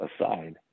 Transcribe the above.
aside